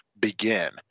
begin